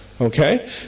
Okay